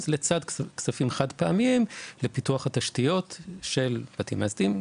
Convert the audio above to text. לצד כספים חד פעמיים לפיתוח התשתיות של בתים מאזנים,